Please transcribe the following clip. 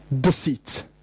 deceit